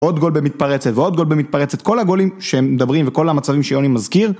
עוד גול במתפרצת ועוד גול במתפרצת, כל הגולים שהם מדברים וכל המצבים שיוני מזכיר